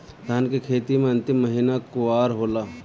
धान के खेती मे अन्तिम महीना कुवार होला?